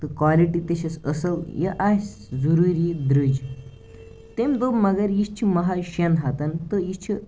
تہٕ کوالٹی تہِ چھَس اصٕل یہِ آسہِ ضروٗری درٛوج تٔمۍ دوٚپ مگر یہِ چھِ محض شیٚن ہَتَن تہٕ یہِ چھِ